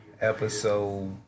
episode